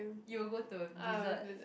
you will go to a dessert